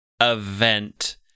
Event